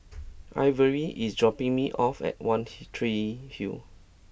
Ivory is dropping me off at One T Tree Hill